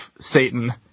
Satan